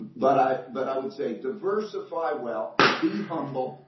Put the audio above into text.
but i but i would say, diversify well, be humble,